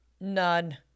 None